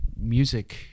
music